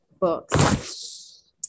Books